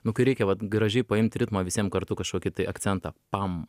nu kai reikia vat gražiai paimt ritmą visiem kartu kažkokį tai akcentą pam